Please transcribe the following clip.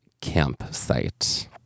campsite